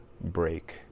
break